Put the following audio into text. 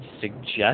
suggest